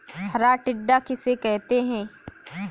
हरा टिड्डा किसे कहते हैं?